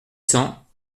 cents